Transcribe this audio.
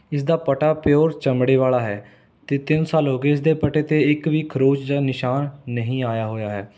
ਇਸਦਾ ਪਟਾ ਪਿਓਰ ਚਮੜੇ ਵਾਲਾ ਹੈ ਅਤੇ ਤਿੰਨ ਸਾਲ ਹੋ ਗਏ ਇਸਦੇ ਪਟੇ 'ਤੇ ਇੱਕ ਵੀ ਖਰੋਚ ਜਾਂ ਨਿਸ਼ਾਨ ਨਹੀਂ ਆਇਆ ਹੋਇਆ ਹੈ